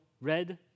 red